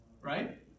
Right